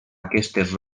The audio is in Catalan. aquestes